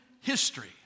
History